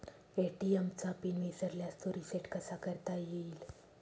ATM चा pin विसरल्यास तो रिसेट कसा करता येईल?